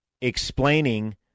explaining